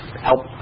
help